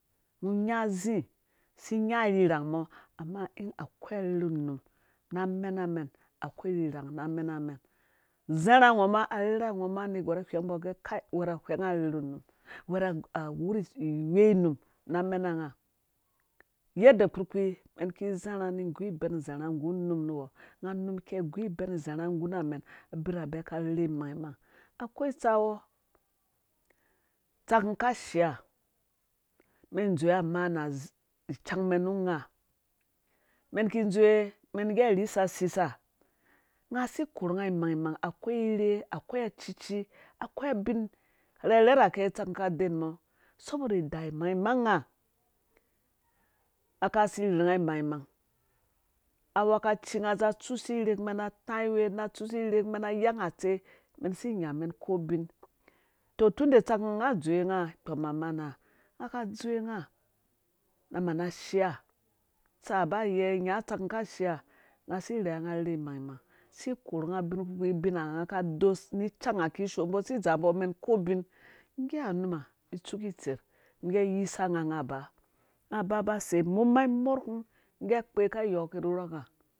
Ngɔ nya zii si nya rhirang mɔ amma hu akwai arherhu num na mena mɛn akwai rhrang na mena mena mɛn zarha ngɔ ma arherhe ngɔ ma inerhgwar ai wheng mbɔ gɛ kai wɛrhe whɛnga rherhe num wɛrhɛ agbai woi num na mena nga yadda kpurkpii mɛn ki zarha ni gu ibɛn zarha nggu num nu wɔ nga num kei gu ben zarha guna mɛn abirhaɛ. ka wuni mangmang akwai tsawɔ tsak mum ka shea mɛn dzowe amena icang mɛn nu nga mɛn ki dzowe mɛn gɛ a rhisa sisa nga si korhu nga imangmang akwai irhe akwi acuci akwai abin rherher rake utsak mum ka den mɔ subo daida mangmang nga aka si rherhu nga imang mang anghwekaci nga za tsusuwe irhek mɛn a taiwe tsusu irhek mɛn a yang atsei mɛn si nya ko buin to tunda tsak mum nga na mana shia tsaha ba yei nya tsak mum ka shea nga si rherha nga arherhe imangmang si korhe nga ubin kpurkpii abuna nga doisi cangha kishoo mbɔ si dzaa mbɔ mɛn ko ubin nggeha numha mi tsuke itserh ngge yisa nga nga ba nga ba ba ser mum ma morku gɛ akpe ka yoke nu rhɔka